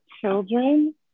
children